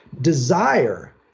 Desire